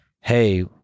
hey